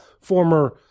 former